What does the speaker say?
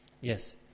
Yes